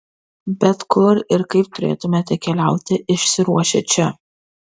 bet kur ir kaip turėtumėte keliauti išsiruošę čia